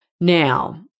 Now